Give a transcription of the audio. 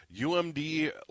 UMD